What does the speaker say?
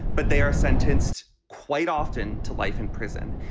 but they are sentenced quite often to life in prison.